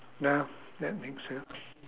no that makes up